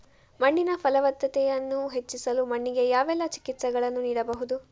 ಮಣ್ಣಿನ ಫಲವತ್ತತೆಯನ್ನು ಹೆಚ್ಚಿಸಲು ಮಣ್ಣಿಗೆ ಯಾವೆಲ್ಲಾ ಚಿಕಿತ್ಸೆಗಳನ್ನು ನೀಡಬಹುದು?